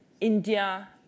India